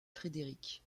frederick